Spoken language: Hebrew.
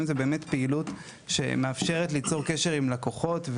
זו פעילות שמאפשרת ליצור קשר עם לקוחות,